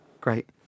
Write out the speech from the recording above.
Great